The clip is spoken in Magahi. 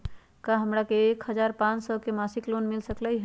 का हमरा के एक हजार पाँच सौ के मासिक लोन मिल सकलई ह?